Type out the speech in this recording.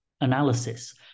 analysis